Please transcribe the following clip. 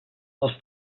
els